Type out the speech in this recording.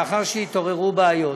לאחר שהתעוררו בעיות,